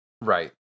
Right